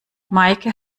meike